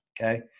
Okay